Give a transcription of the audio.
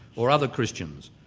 or other christians.